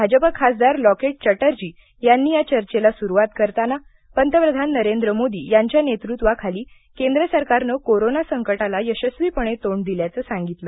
भाजपा खासदार लोकेट चटर्जी यांनी या चर्वेला सुरुवात करताना पंतप्रधान नरेंद्र मोदी यांच्या नेतृत्वाखाली केंद्र सरकारनं कोरोना संकटाला यशस्वीपणे तोंड दिल्याचं सांगितलं